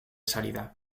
salida